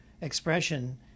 expression